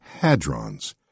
hadrons